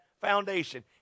foundation